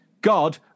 God